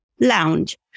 lounge